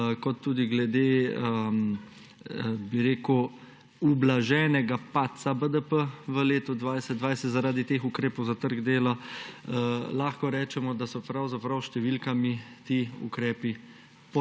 kot tudi glede ublaženega padca BDP v letu 2020 zaradi teh ukrepov za trg dela kažejo, da so pravzaprav s številkami ti ukrepi